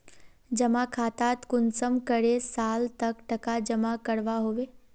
जमा खातात कुंसम करे साल तक टका जमा करवा होबे?